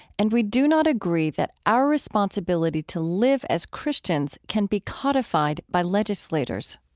and we do not agree that our responsibility to live as christians can be codified by legislators.